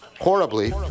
horribly